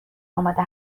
آماده